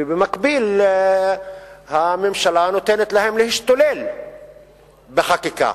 ובמקביל הממשלה נותנת להם להשתולל בחקיקה